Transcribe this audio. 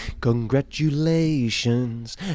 Congratulations